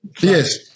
Yes